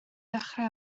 dechrau